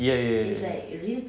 ya ya ya ya ya